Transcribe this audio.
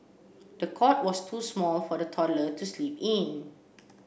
the cot was too small for the toddler to sleep in